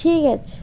ঠিক আছে